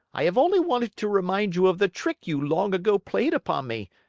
i have only wanted to remind you of the trick you long ago played upon me,